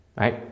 right